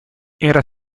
era